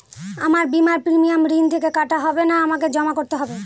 আমার বিমার প্রিমিয়াম ঋণ থেকে কাটা হবে না আমাকে জমা করতে হবে?